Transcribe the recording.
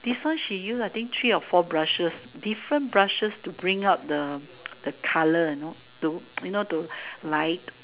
this one she use I think three or four brushes different brushes to bring out the the colour you know to you know to light